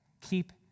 Keep